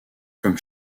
comme